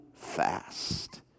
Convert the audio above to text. Fast